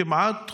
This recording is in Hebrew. כמעט חודשיים,